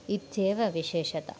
इत्येव विशेषता